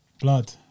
blood